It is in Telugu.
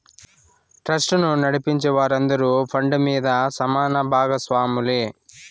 ట్రస్టును నడిపించే వారందరూ ఫండ్ మీద సమాన బాగస్వాములే